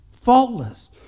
Faultless